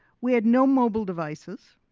we had no mobile devices.